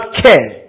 care